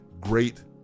great